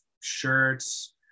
shirts